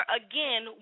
again